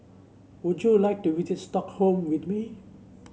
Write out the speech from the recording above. would you like to Stockholm with me